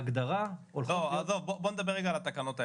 בוא נדבר רגע על התקנות האלה,